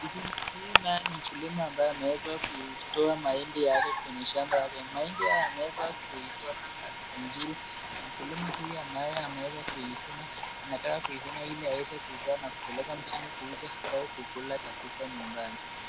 Huyu naye ni mkulima ambaye ameweza kuitoa mahindi yake kwenye shamba yake. Mahindi haya yameweza kuitoka mzuri, na mkulima huyu ambaye ameweza kuivuna, anataka kuivuna ili aweze kuitoa na kuipeleka mjini kuuza au kukula katika nyumbani.